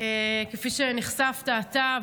כפי שנחשפת אתה,